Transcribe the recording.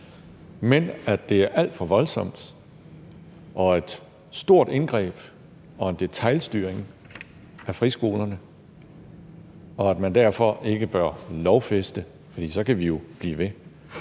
men at det er alt for voldsomt og et stort indgreb og en detailstyring af friskolerne, og at man derfor ikke bør lovfæste det, for så kan vi jo blive ved.